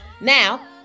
Now